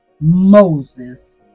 Moses